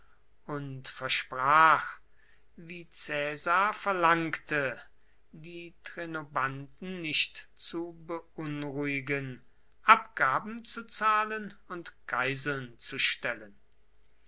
und versprach wie caesar verlangte die trinobanten nicht zu beunruhigen abgaben zu zahlen und geiseln zu stellen